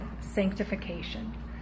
sanctification